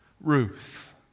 Ruth